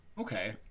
okay